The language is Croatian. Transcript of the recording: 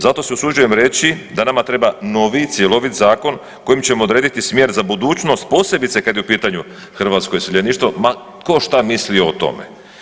Zato se usuđujem reći da nama treba novi cjelovit zakon kojim ćemo odrediti smjer za budućnost, posebice kad je u pitanju hrvatsko iseljeništvo ma tko šta mislio o tome.